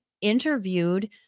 interviewed